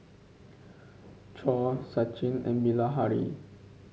Choor Sachin and Bilahari